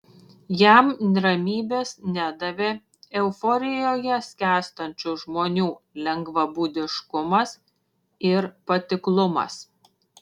jam ramybės nedavė euforijoje skęstančių žmonių lengvabūdiškumas ir patiklumas